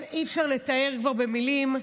כבר אי-אפשר לתאר במילים.